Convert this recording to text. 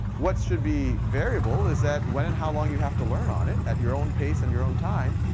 what should be variable is that when and how long you have to learn on it, at your own pace and your own time,